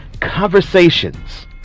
conversations